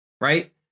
Right